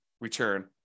return